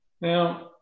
Now